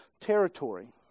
territory